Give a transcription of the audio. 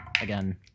again